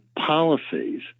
policies